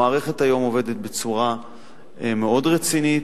המערכת היום עובדת בצורה מאוד רצינית,